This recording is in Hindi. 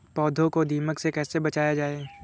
पौधों को दीमक से कैसे बचाया जाय?